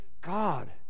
God